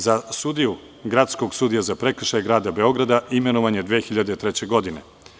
Za sudiju Gradskog sudije za prekršaje Grada Beograda imenovan je 2003. godine.